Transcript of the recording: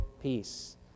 peace